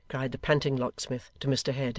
cried the panting locksmith, to mr haredale,